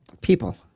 people